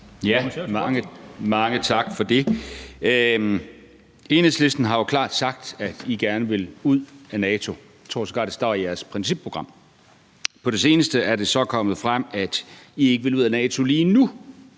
: Mange tak for det. I Enhedslisten har I jo klart sagt, at I gerne vil ud af NATO; jeg tror sågar, det står i jeres principprogram. På det seneste er det så kommet frem, at I ikke vil ud af NATO lige nu,